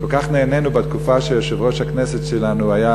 וכל כך נהנינו בתקופה שיושב-ראש הכנסת שלנו היה